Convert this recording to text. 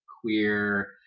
queer